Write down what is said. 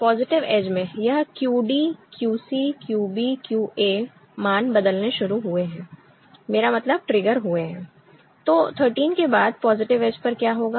positive edge में यह QD QC QB QAमान बदलने शुरू हुए हैं मेरा मतलब ट्रिगर हुए हैं तो 13 के बाद पॉजिटिव एज पर क्या होगा